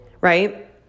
right